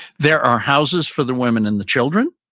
there are houses for the women and the children,